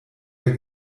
der